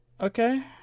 Okay